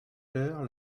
l’heure